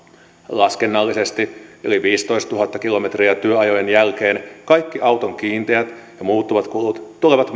laskennallisesti yli viidentoistatuhannen kilometrin työajojen jälkeen kaikki auton kiinteät ja muuttuvat kulut tulevat